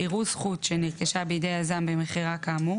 יראו זכות שנרכשה בידי יזם במכירה כאמור,